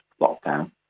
lockdown